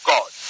God